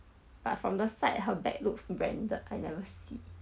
but from the side her bag looks branded I never see